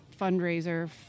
fundraiser